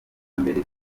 mbere